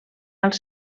als